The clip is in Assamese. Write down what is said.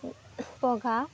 পঘা